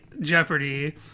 Jeopardy